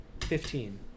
Fifteen